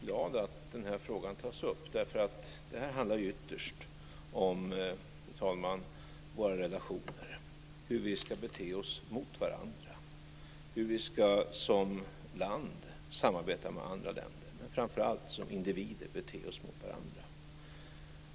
Fru talman! Jag är glad att den här frågan tas upp. Det här handlar ytterst, fru talman, om våra relationer och hur vi ska bete oss mot varandra - hur vi som land ska samarbeta med andra länder, men framför allt hur vi som individer ska bete oss mot varandra.